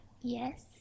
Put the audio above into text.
Yes